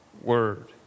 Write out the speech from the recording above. word